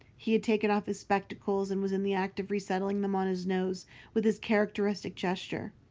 he had taken off his spectacles and was in the act of resettling them on his nose with his characteristic gesture.